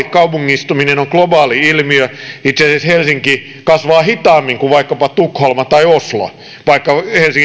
kaupungistuminen on globaali ilmiö itse asiassa helsinki kasvaa hitaammin kuin vaikkapa tukholma tai oslo vaikka helsinki